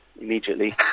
immediately